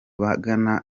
bagana